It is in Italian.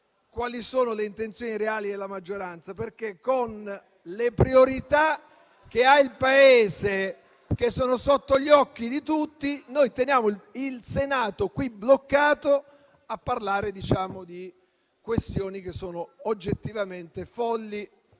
quali sono le intenzioni reali della maggioranza. Con le priorità che ha il Paese, che sono sotto gli occhi di tutti noi, teniamo il Senato qui bloccato a parlare di questioni che sono oggettivamente folli